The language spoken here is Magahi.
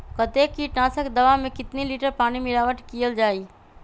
कतेक किटनाशक दवा मे कितनी लिटर पानी मिलावट किअल जाई?